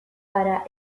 gara